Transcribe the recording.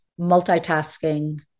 multitasking